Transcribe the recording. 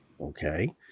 okay